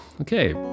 okay